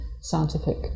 scientific